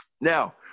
Now